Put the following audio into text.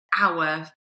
hour